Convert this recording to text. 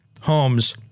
homes